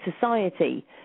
society